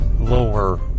lower